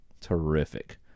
Terrific